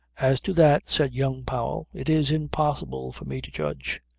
as to that, said young powell, it is impossible for me to judge.